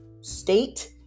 state